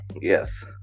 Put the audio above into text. Yes